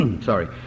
sorry